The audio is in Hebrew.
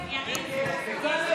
חבר הכנסת